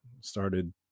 started